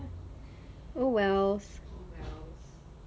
oh wells